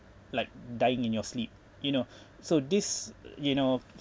like dying in your sleep you know so this you know